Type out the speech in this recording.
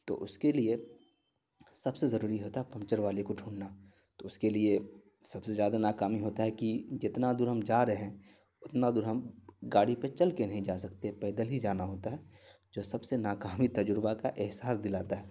تو اس کے لیے سب سے ضروری ہوتا ہے پنکچر والے کو ڈھونڈنا تو اس کے لیے سب سے زیادہ ناکامی ہوتا ہے کہ جتنا دور ہم جا رہے ہیں اتنا دور ہم گاڑی پہ چل کے نہیں جا سکتے پیدل ہی جانا ہوتا ہے جو سب سے ناکامی تجربہ کا احساس دلاتا ہے